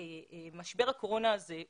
משבר הקורונה הוא